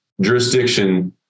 jurisdiction